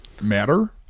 matter